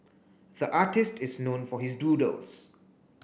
the artist is known for his doodles